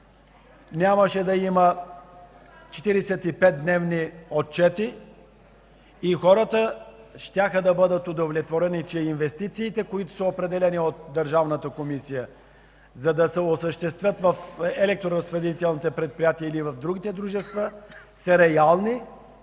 нямаше да има 45-дневни отчети и хората щяха да бъдат удовлетворени, че инвестициите, които са определени от Държавната комисия, за да се осъществят в електроразпределителните предприятия или в другите дружества, са реални